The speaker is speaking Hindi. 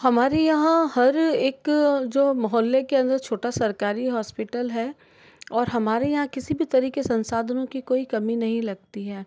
हमारे यहाँ हर एक जो मोहल्ले के अंदर छोटा सरकारी हॉस्पिटल है और हमारे यहाँ किसी भी तरह के संसाधनों की कोई कमी नहीं लगती है